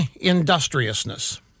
industriousness